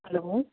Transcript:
hello